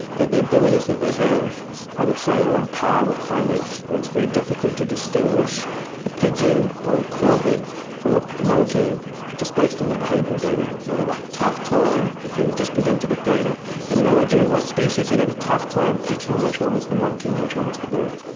that the abilities that they have i would say are on par with primates, or it's very difficult to distinguish a pigeon or a corvid from a monkey just based on the behavioural data. you would have a tough time if you are just presented with data and no idea of what species, you'd have a tough time picking which one was the monkey and which one was the bird.